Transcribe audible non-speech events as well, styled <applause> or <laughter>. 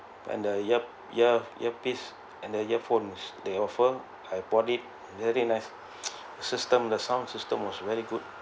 and the ear~ ear~ earpiece and the earphones they offer I bought it very nice <noise> system the sound system was very good